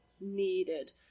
needed